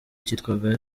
kitwaga